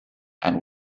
and